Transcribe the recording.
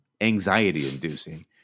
anxiety-inducing